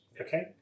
okay